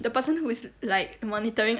the person who is like monitoring